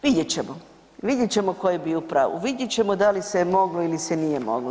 Vidjet ćemo, vidjet ćemo ko je bio u pravu, vidjet ćemo da li se je moglo ili se nije moglo.